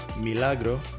Milagro